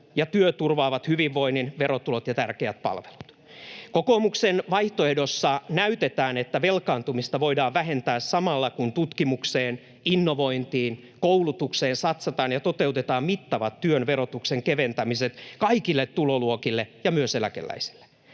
ja työ turvaavat hyvinvoinnin, verotulot ja tärkeät palvelut. Kokoomuksen vaihtoehdossa näytetään, että velkaantumista voidaan vähentää samalla, kun tutkimukseen, innovointiin ja koulutukseen satsataan ja toteutetaan mittavat työn verotuksen keventämiset kaikille tuloluokille ja myös eläkeläisille.